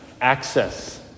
access